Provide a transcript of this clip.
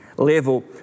Level